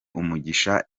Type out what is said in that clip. umugisha